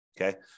okay